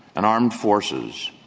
and armed forces.